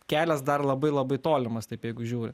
kelias dar labai labai tolimas taip jeigu žiūri